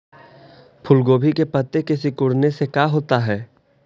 फूल गोभी के पत्ते के सिकुड़ने से का होता है?